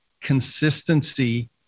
consistency